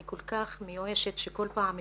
אני כל כך מיואשת שכל פעם רצה,